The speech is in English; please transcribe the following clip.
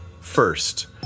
first